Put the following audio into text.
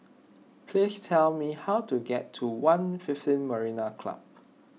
please tell me how to get to one fifteen Marina Club